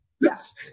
yes